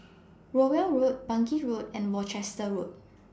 Rowell Road Bangkit Road and Worcester Road